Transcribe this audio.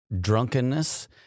drunkenness